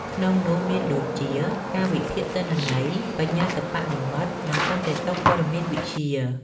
ក្នុងនោះ មានដូចជា ការវិភាគទិន្នន័យ បញ្ញាសិប្បនិម្មិត និងសន្តិសុខព័ត៌មានវិទ្យា។